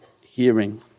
hearing